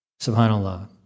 subhanAllah